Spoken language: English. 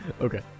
Okay